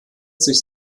sich